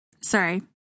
Sorry